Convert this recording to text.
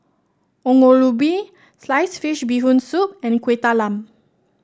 Ongol Ubi Sliced Fish Bee Hoon Soup and Kuih Talam